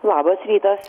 labas rytas